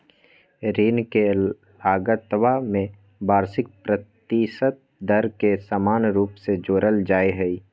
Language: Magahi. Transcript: ऋण के लगतवा में वार्षिक प्रतिशत दर के समान रूप से जोडल जाहई